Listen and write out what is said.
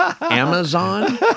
Amazon